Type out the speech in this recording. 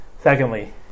Secondly